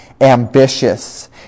ambitious